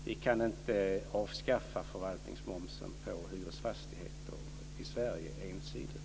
Vi kan inte avskaffa förvaltningsmomsen på hyresfastigheter i Sverige ensidigt.